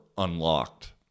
unlocked